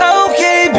okay